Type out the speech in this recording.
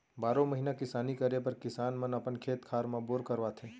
बारो महिना किसानी करे बर किसान मन अपन खेत खार म बोर करवाथे